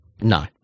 No